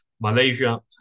Malaysia